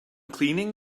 cleaning